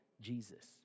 Jesus